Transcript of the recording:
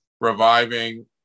reviving